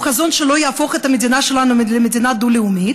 הוא חזון שלא יהפוך את המדינה שלנו למדינה דו-לאומית,